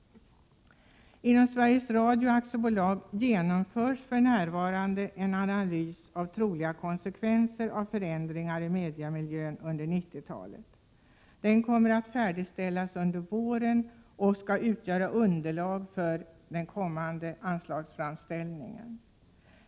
Inom Sveriges Radio AB genomförs för närvarande en analys av troliga konsekvenser av förändringar inom mediemiljön under 1990-talet. Den kommer att färdigställas under våren och skall utgöra underlag för den kommande anslagsframställningen.